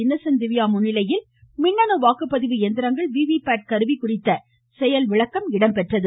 Innocent Divya முன்னிலையில் மின்னணு வாக்குப்பதிவு இயந்திரங்கள் ஏஏீயுவு கருவி குறித்த செயல்விளக்கமும் நடைபெற்றது